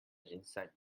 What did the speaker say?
insight